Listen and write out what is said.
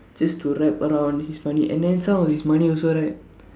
just to wrap around his money and then some of his money also right